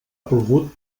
plogut